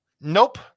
Nope